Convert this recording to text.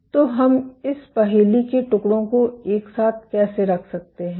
तो हम पहेली के टुकड़ों को एक साथ कैसे रख सकते हैं